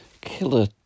killer